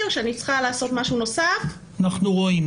אנחנו רואים.